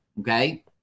okay